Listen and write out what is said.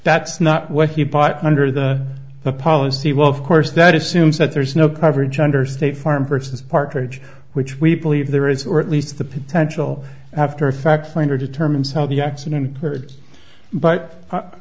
that's not what he bought under the the policy well of course that assumes that there's no coverage under state farm person partridge which we believe there is or at least the potential after a fact finder determines how the accident occurred but i